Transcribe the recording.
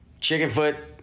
Chickenfoot